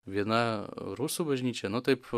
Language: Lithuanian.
viena rusų bažnyčia nu taip